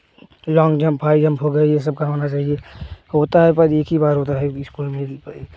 long jump high jump हो गया यह सब करवाना चाहिए होता है पर एक ही बार होता है स्कूल में